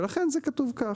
ולכן, זה כתוב ככה.